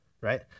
right